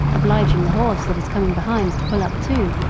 obliging the horse that is coming behind to pull up too,